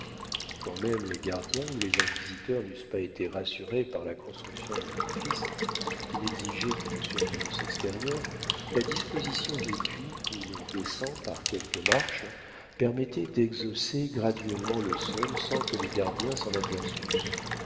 quand même les gardiens ou les inquisiteurs n'eussent pas été rassurés par la construction de l'édifice qui n'exigeait qu'une surveillance extérieure la disposition des puits où l'on descend par quelques marches permettait d'exhausser graduellement le sol sans que les gardiens s'en